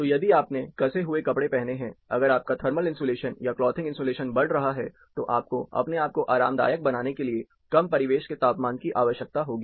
तो यदि आपने कसे हुए कपड़े पहने हैं अगर आपका थर्मल इंसुलेशन या क्लॉथिंग इंसुलेशन बढ़ रहा है तो आपको अपने आप को आरामदायक बनाने के लिए कम परिवेश के तापमान की आवश्यकता होगी